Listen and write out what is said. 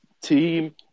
team